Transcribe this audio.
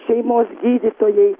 šeimos gydytojai